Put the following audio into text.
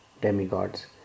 demigods